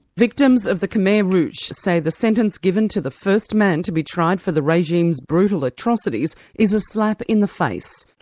victims of the khmer rouge say the sentence given to the first man to be tried for the regime's brutal atrocities, is a slap in the face.